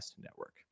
Network